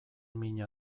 mina